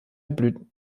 blüten